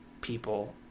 people